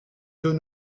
taux